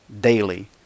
daily